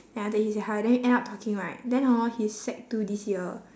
then after that he said hi then we end up talking right then hor he is sec two this year